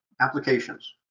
applications